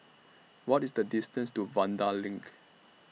What IS The distance to Vanda LINK